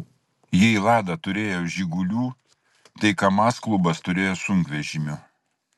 jei lada turėjo žigulių tai kamaz klubas turėjo sunkvežimių